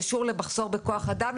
קשור במחסור לכוח אדם,